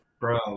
Bro